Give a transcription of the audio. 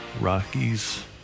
Rockies